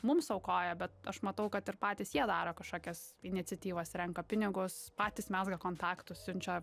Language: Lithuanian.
mums aukoja bet aš matau kad ir patys jie daro kažkokias iniciatyvas renka pinigus patys mezga kontaktus siunčia